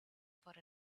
for